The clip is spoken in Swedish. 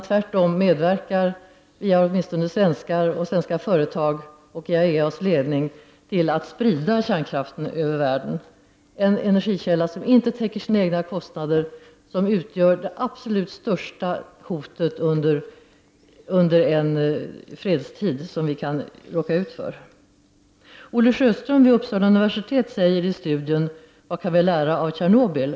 Tvärtom medverkar svenskar, svenska företag och IAEAs ledning till att sprida kärnkraften över världen — en energikälla som inte täcker sina egna kostnader och som utgör det absolut största hotet mot oss under fredstid. Olle Sjöström vid Uppsala universitet säger i studien Vad kan vi lära av Tjernobyl?